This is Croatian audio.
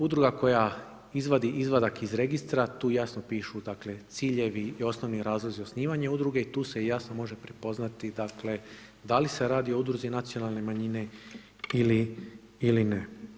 Udruga koja izvadi izvadak iz registra tu jasno pišu dakle ciljevi i osnovni razlozi osnivanja udruge i tu se jasno može prepoznati dakle da li se radi o udruzi nacionalne manjine ili ne.